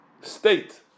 state